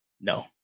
no